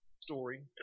story